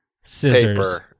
scissors